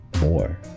more